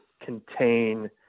contain